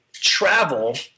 travel